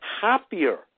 happier